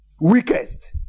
weakest